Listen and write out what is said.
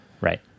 right